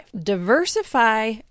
diversify